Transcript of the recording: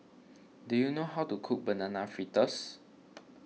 do you know how to cook Banana Fritters